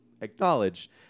acknowledge